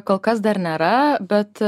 kol kas dar nėra bet